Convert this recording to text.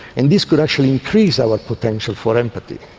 and this could actually increase our potential for empathy.